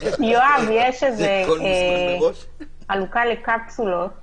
יש חלוקה לקפסולות